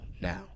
now